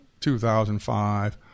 2005